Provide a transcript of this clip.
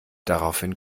daraufhin